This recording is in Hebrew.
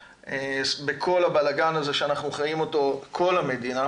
אבל בכל הבלגן הזה שאנחנו חיים אותו בכל המדינה